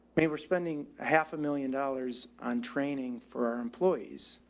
maybe we're spending a half a million dollars on training for employees.